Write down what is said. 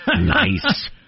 Nice